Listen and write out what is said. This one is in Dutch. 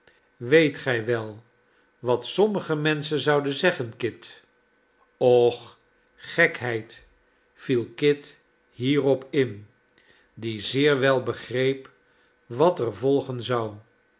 weet gij wel wat sommige menschen zouden zeggen kit och gekheid viel kit hierop in die zeer wel begreep wat er volgen zou